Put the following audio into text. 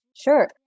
Sure